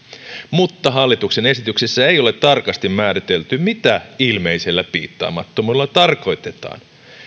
mutta hallituksen esityksessä ei ole tarkasti määritelty mitä ilmeisellä piittaamattomuudella tarkoitetaan